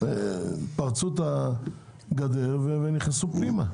פרצו את הגדר ונכנסו פנימה.